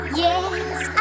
Yes